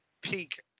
peak